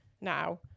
now